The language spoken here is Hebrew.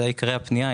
אלה עיקרי הפנייה.